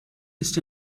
ist